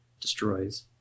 destroys